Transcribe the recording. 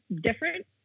different